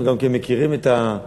אנחנו גם מכירים את התשובות,